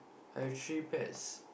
I have three pairs